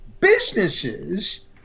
businesses